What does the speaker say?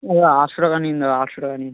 দাদা আটশো টাকা নিন দাদা আটশো টাকা নিন